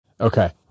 Okay